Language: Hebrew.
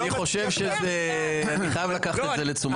אני חייב לקחת את זה לתשומת ליבי.